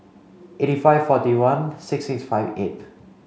eighty five forty one six six five eight